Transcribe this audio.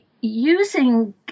using